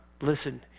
Listen